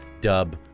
dub